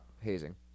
hazing